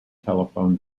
telephone